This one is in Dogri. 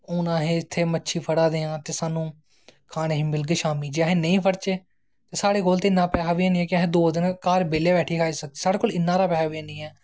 हून असें इत्थें मच्छी फड़ा दे आं ते सानूं खाने गी मिलग शाम्मी जे असें नेईं फड़चे साढ़े कोल इन्ना पैहा बी निं ऐ कि अस केईं दिन घर बेह्ल्ले बैठियै खाई सकचै साढ़े कोल इन्ने हारे पैहा बी हैनी ऐ